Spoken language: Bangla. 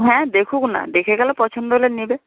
হ্যাঁ দেখুক না দেখে গেলে পছন্দ হলে নেবে